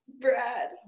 brad